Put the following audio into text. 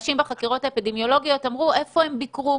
אנשים בחקירות האפידמיולוגיות אמרו איפה הם ביקרו,